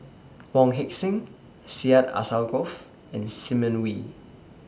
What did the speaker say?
Wong Heck Sing Syed Alsagoff and Simon Wee